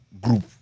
group